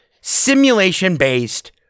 simulation-based